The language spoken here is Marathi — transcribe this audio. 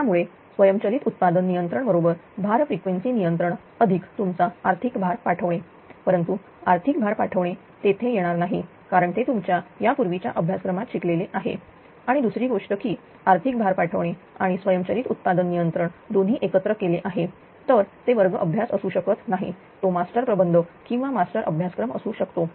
त्यामुळे स्वयंचलित उत्पादन नियंत्रण बरोबर भार फ्रिक्वेन्सी नियंत्रण अधिक तुमचा आर्थिक भार पाठवणे परंतु आर्थिक भार पाठवणे तेथे येणार नाही कारण ते तुमच्या या पूर्वीच्या अभ्यासक्रमात शिकलेले आहे आणि दुसरी गोष्ट की आर्थिक भार पाठवणे आणि स्वयंचलित उत्पादन नियंत्रण दोन्ही एकत्र केले आहे तर ते वर्ग अभ्यास असू शकत नाही तो मास्टर प्रबंध किंवा मास्टर अभ्यासक्रम असू शकतो